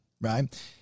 right